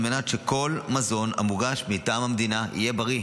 על מנת שכל המזון המוגש מטעם המדינה יהיה בריא.